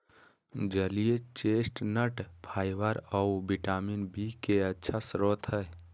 जलीय chestnut fibre आऊ vitamin B के अच्छा स्रोत हइ